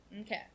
okay